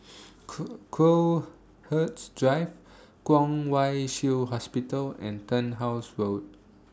Crowhurst Drive Kwong Wai Shiu Hospital and Turnhouse Road